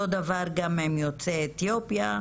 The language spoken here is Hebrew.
אותו דבר גם עם יוצאי אתיופיה.